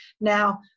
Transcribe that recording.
now